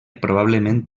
probablement